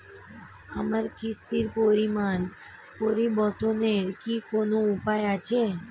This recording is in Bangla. আমার কিস্তির পরিমাণ পরিবর্তনের কি কোনো উপায় আছে?